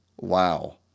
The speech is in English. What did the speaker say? Wow